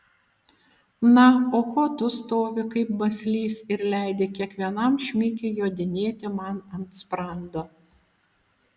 na o ko tu stovi kaip baslys ir leidi kiekvienam šmikiui jodinėti man ant sprando